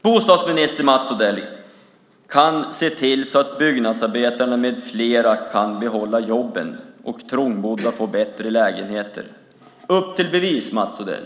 Bostadsminister Mats Odell kan se till att byggnadsarbetare med flera kan behålla jobben och trångbodda få bättre lägenheter. Upp till bevis, Mats Odell!